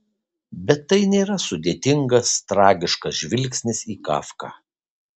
bet tai nėra sudėtingas tragiškas žvilgsnis į kafką